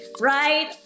right